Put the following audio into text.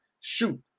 shoot